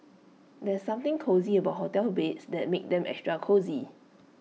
there's something cozy about hotel beds that makes them extra cosy